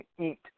eat